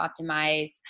optimize